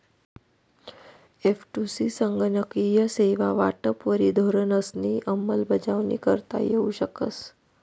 एफ.टु.सी संगणकीय सेवा वाटपवरी धोरणंसनी अंमलबजावणी करता येऊ शकस